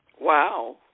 Wow